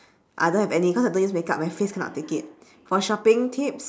I don't have any cause I don't use makeup my face cannot take it for shopping tip